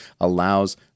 allows